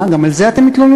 מה, גם על זה אתם מתלוננים?